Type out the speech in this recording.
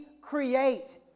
create